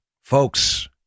Folks